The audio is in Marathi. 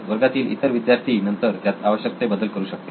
वर्गातील इतर विद्यार्थी नंतर त्यात आवश्यक ते बदल करू शकतील